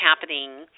happening